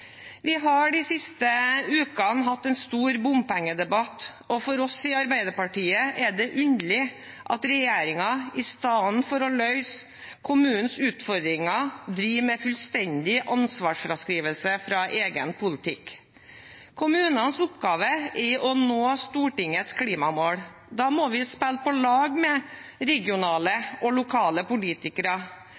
i stedet for å løse kommunenes utfordringer driver med fullstendig ansvarsfraskrivelse fra egen politikk. Kommunenes oppgave er å nå Stortingets klimamål. Da må vi spille på lag med regionale og lokale politikere.